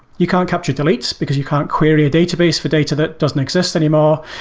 you can't capture delete, because you can't query a database for data that doesn't exist anymore.